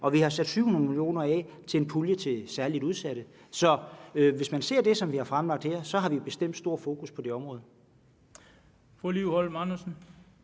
og vi har sat 700 mio. kr. af til en pulje til særligt udsatte. Så hvis man ser på det, som vi har fremlagt her, vil man se, at vi bestemt har stort fokus på det område.